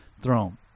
throne